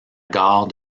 gare